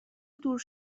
دور